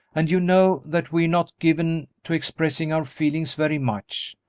and you know that we're not given to expressing our feelings very much,